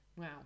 Wow